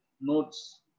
notes